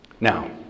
Now